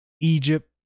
egypt